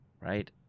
right